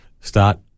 start